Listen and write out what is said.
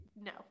No